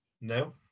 No